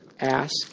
ask